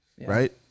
right